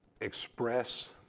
express